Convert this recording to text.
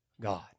God